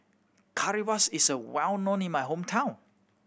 currywurst is a well known in my hometown